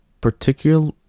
Particular